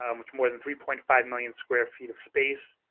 um which more than three point five million square feet of space,